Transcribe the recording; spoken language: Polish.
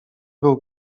był